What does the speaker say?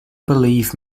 believe